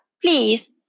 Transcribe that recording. Please